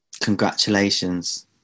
congratulations